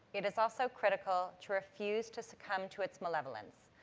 it is also critical to refuse to succumb to its malevolence.